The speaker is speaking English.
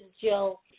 Jill